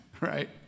right